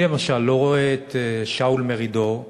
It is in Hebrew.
אני, למשל, לא רואה את שאול מרידור,